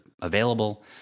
available